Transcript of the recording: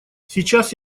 сейчас